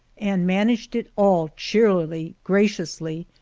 and managed it all cheerily, graciously,